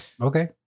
Okay